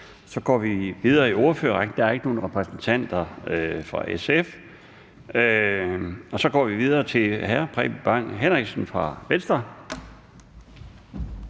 Så går vi videre i ordførerrækken. Der er ikke nogen repræsentanter for SF, så vi går videre til hr. Preben Bang Henriksen fra Venstre.